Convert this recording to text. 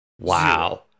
Wow